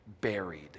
buried